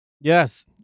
Yes